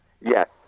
yes